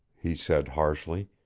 he said harshly.